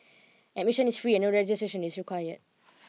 admission is free and no registration is required